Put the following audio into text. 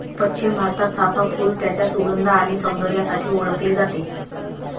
पश्चिम भारतात, चाफ़ा फूल त्याच्या सुगंध आणि सौंदर्यासाठी ओळखले जाते